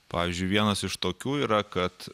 pavyzdžiui vienas iš tokių yra kad